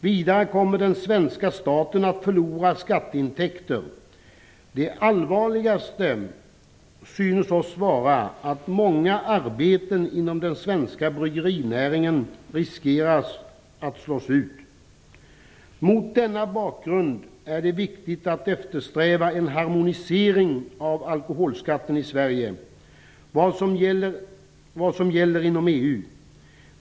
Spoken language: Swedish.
Vidare kommer den svenska staten att förlora skatteintäkter. Det allvarligaste synes oss vara att många arbeten inom den svenska bryggerinäringen riskerar slås ut. Mot denna bakgrund är det viktigt att eftersträva en harmonisering av alkoholskatten i Sverige med vad som gäller inom EU.